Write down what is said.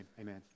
Amen